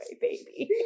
baby